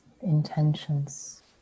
intentions